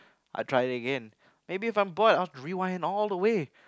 I'll try it again maybe if I'm bored I'll rewind it all the way